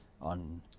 on